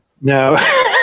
No